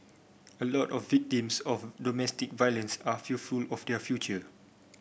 a lot of victims of domestic violence are fearful of their future